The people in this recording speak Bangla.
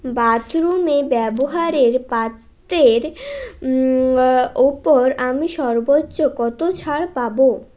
বাথরুমে ব্যবহারের পাত্রের ওপর আমি সর্বোচ্চ কত ছাড় পাবো